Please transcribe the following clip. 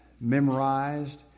memorized